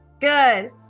Good